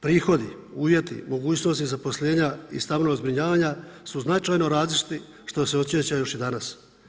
Prihodi, uvjeti, mogućnosti zaposlenja i stalnog zbrinjavanja su značajno različiti što se osjeća još i danas.